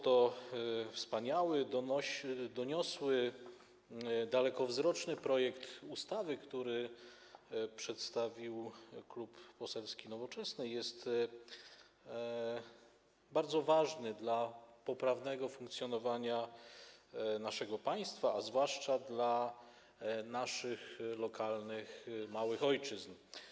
Ten wspaniały, doniosły, dalekowzroczny projekt ustawy, który przedstawił Klub Poselski Nowoczesna, jest bardzo ważny dla poprawnego funkcjonowania naszego państwa, a zwłaszcza dla naszych lokalnych małych ojczyzn.